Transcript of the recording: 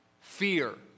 fear